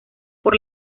por